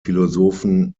philosophen